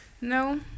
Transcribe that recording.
No